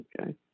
Okay